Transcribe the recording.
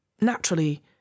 naturally